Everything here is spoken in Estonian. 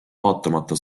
vaatamata